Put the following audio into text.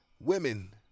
women